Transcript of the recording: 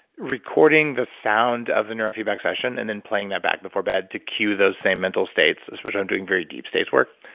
recording the sound of the neurofeedback session, and then playing that back before bed to cue those same mental states, especially when i'm doing very deep states work.